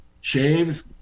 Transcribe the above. shaves